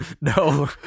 No